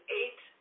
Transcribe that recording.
eight